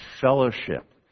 fellowship